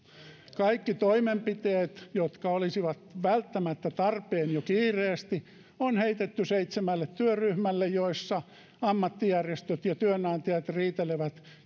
kaikki toimenpiteet jotka olisivat välttämättä tarpeen jo kiireesti on heitetty seitsemälle työryhmälle joissa ammattijärjestöt ja työnantajat riitelevät